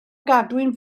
gadwyn